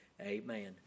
Amen